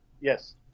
Yes